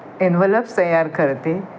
envelopes तयार करते